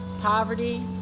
poverty